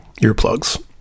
Earplugs